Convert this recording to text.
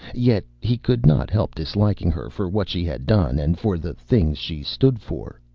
yet he could not help disliking her for what she had done and for the things she stood for.